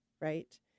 right